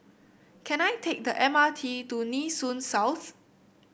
can I take the M R T to Nee Soon South